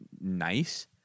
nice